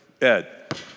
Ed